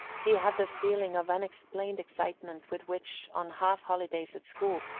he had the feeling of unexplained excitement with which, on half-holidays at school,